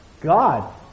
God